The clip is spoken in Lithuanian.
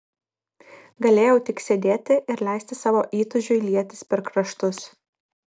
galėjau tik sėdėti ir leisti savo įtūžiui lietis per kraštus